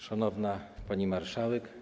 Szanowna Pani Marszałek!